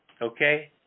okay